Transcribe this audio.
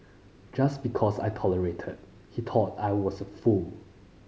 just because I tolerated he thought I was a fool